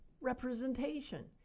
representation